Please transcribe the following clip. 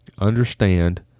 understand